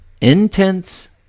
intense